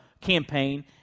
campaign